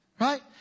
right